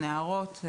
נהרות,